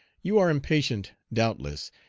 you are impatient, doubtless,